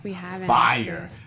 fire